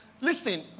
Listen